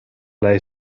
lei